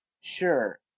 sure